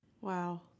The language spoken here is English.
Wow